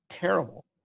terrible